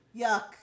yuck